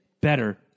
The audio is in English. better